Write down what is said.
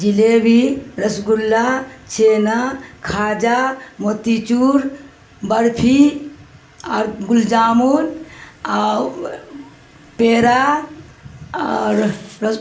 jalebi rasgulla چھین khaja motichoor barfi اور گل جامن پیرا اور رس